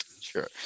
sure